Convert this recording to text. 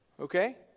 okay